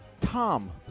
Tom